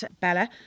Bella